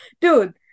dude